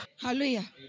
Hallelujah